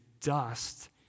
dust